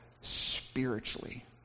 spiritually